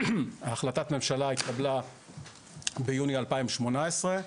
החלטת הממשלה התקבלה ביוני 2018,